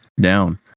down